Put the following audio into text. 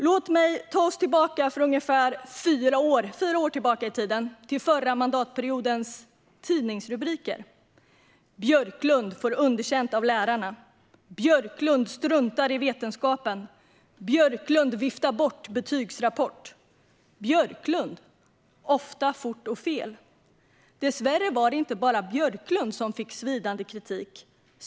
Låt mig ta oss ungefär fyra år tillbaka i tiden till förra mandatperiodens tidningsrubriker: "Björklunds sex år får underkänt av lärarna", "Björklund struntar i vetenskapen", "Björklund viftar bort betygsrapport", "Utbildningsminister Jan Björklund - 'Ofta fort och fel'". Dessvärre var det inte bara Björklund som fick svidande kritik.